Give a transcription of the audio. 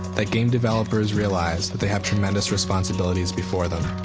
that game developers realize that they have tremendous responsibilities before them.